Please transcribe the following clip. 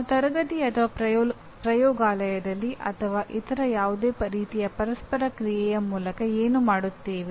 ನಾವು ತರಗತಿ ಅಥವಾ ಪ್ರಯೋಗಾಲಯದಲ್ಲಿ ಅಥವಾ ಇತರ ಯಾವುದೇ ರೀತಿಯ ಪರಸ್ಪರ ಕ್ರಿಯೆಯ ಮೂಲಕ ಏನು ಮಾಡುತ್ತೇವೆ